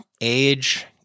Age